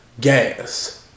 gas